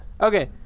Okay